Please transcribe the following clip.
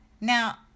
now